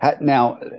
Now